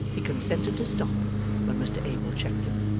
he consented to stop when mr abel checked him.